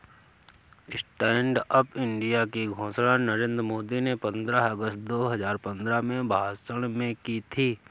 stand up India की घोषणा नरेंद्र मोदी ने पंद्रह अगस्त दो हजार पंद्रह में भाषण में की थी